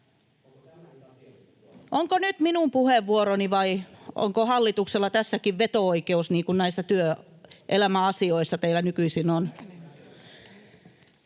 Onko nyt minun puheenvuoroni, vai onko hallituksella tässäkin veto-oikeus niin kuin näissä työelämäasioissa teillä nykyisin on?